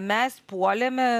mes puolėme